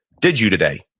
did you today,